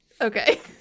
Okay